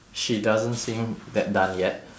she doesn't seem that done yet